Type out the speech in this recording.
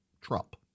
Trump